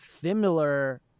similar